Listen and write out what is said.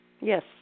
Yes